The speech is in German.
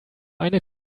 eine